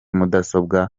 mudasobwa